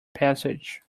passage